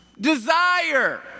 desire